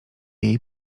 jej